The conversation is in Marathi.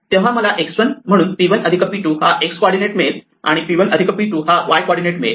तेव्हा मला x1 म्हणून p1 p2 हा x कॉर्डीनेट मिळेल आणि p1 p2 हा y कॉर्डीनेट मिळेल